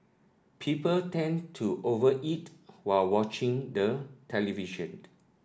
people tend to over eat while watching the television